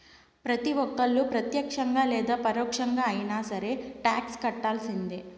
ప్రతి ఒక్కళ్ళు ప్రత్యక్షంగా లేదా పరోక్షంగా అయినా సరే టాక్స్ కట్టాల్సిందే